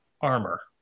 armor